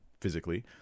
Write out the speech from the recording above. physically